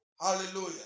Hallelujah